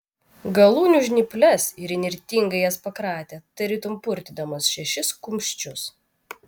galūnių žnyples ir įnirtingai jas pakratė tarytum purtydamas šešis kumščius